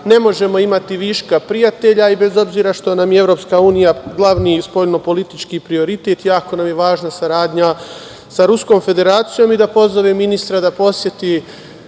ne možemo imati viška prijatelja i bez obzira što nam je EU glavni spoljno-politički prioritet, jako nam je važna saradnja sa Ruskom Federacijom. Da pozovem ministra da poseti